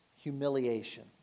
humiliation